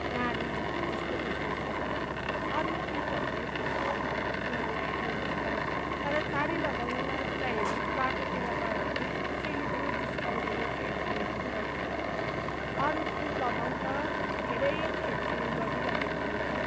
नारी जस्तो देखिन्छ होइन अरू चिजहरूले त्यस्तो उनीहरूलाई ऊ यो गर्दैन तर साडी लगाउने मान्छेलाई हेर्नु होस् बाटोतिर गयो भने कसैले पनि जिस्काउँदैन छेडछानी पनि गर्दैन अरू चिज लगाउँ त धेरै छेडछानी गरिरहेको हुन्छ